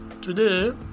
today